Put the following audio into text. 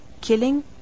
killing